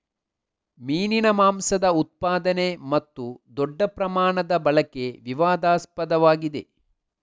ಮೀನಿನ ಮಾಂಸದ ಉತ್ಪಾದನೆ ಮತ್ತು ದೊಡ್ಡ ಪ್ರಮಾಣದ ಬಳಕೆ ವಿವಾದಾಸ್ಪದವಾಗಿದೆ